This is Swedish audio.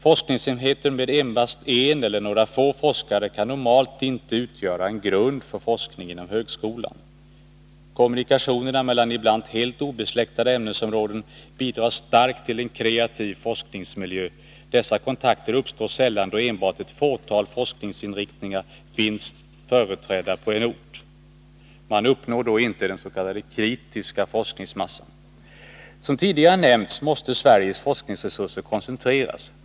Forskningsenheter med endast en eller några få forskare kan normalt inte utgöra en grund för forskning inom högskolan. Kommunikationerna mellan ibland helt obesläktade ämnesområden bidrar starkt till en kreativ forskningsmiljö. Dessa kontakter uppstår sällan då enbart ett fåtal forskningsinriktningar finns företrädda på en ort. Man uppnår då inte den s.k. kritiska forskningsmassan. Som tidigare nämnts måste Sveriges forskningsresurser koncentreras.